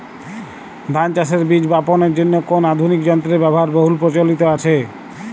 ধান চাষের বীজ বাপনের জন্য কোন আধুনিক যন্ত্রের ব্যাবহার বহু প্রচলিত হয়েছে?